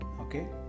okay